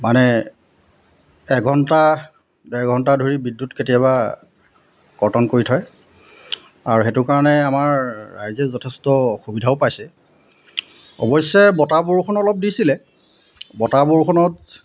মানে এঘণ্টা ডেৰ ঘণ্টা ধৰি বিদ্যুৎ কেতিয়াবা কৰ্তন কৰি থয় আৰু সেইটো কাৰণে আমাৰ ৰাইজে যথেষ্ট সুবিধাও পাইছে অৱশ্যে বতাহ বৰষুণ অলপ দিছিলে বতাহ বৰষুণত